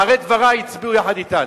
אחרי דברי יצביעו יחד אתנו.